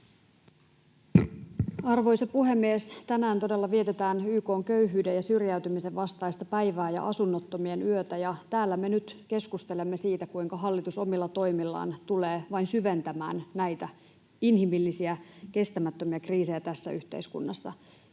Arvoisa puhemies! Tänään todella vietetään YK:n köyhyyden ja syrjäytymisen vastaista päivää ja asunnottomien yötä. Täällä me nyt keskustelemme siitä, kuinka hallitus omilla toimillaan tulee vain syventämään näitä inhimillisiä, kestämättömiä kriisejä tässä yhteiskunnassa.